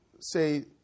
say